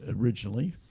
originally